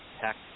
tech